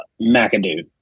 McAdoo